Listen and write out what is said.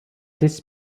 this